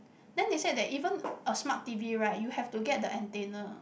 then they said that even a smart T_V right you have to get the antenna